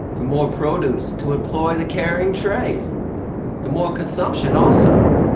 the more produce to employ the carrying trade the more consumption also,